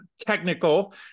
technical